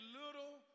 little